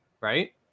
right